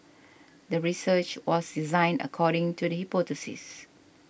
the research was designed according to the hypothesis